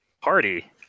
Party